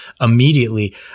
immediately